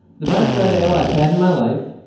the best red ale i've had in my life,